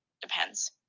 Depends